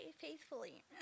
faithfully